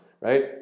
right